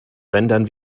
rendern